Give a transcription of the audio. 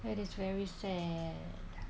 it is very sad